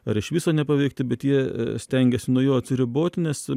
ar iš viso nepaveikti bet jie stengiasi nuo jo atsiriboti nes